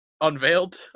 unveiled